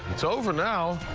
it's over now.